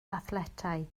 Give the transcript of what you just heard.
athletau